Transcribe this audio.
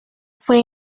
fue